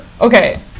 okay